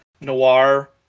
noir